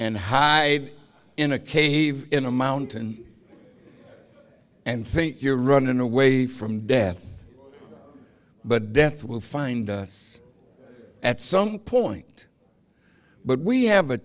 and high in a cave in a mountain and think you're running away from death but death will find us at some point but we have a